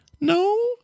No